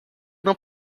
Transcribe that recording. não